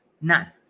none